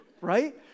right